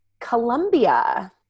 Colombia